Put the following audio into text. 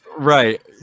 Right